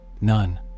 None